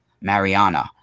Mariana